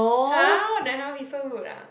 !huh! what the hell he so rude ah